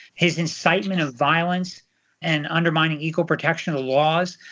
his incitement of violence and undermining equal protection ah laws,